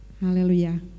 hallelujah